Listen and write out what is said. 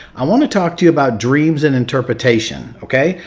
i want to talk to you about dreams and interpretation, okay?